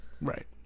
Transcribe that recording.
right